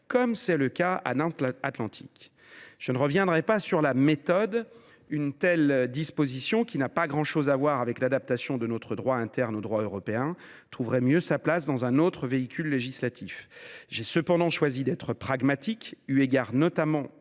l’aéroport de Nantes Atlantique. Je ne reviendrai pas sur la méthode : une telle disposition, qui n’a pas grand chose à voir avec l’adaptation de notre droit interne au droit européen, aurait davantage sa place dans un autre véhicule législatif. J’ai cependant fait le choix d’être pragmatique, eu égard notamment